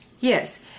Yes